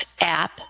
app